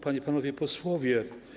Panie i Panowie Posłowie!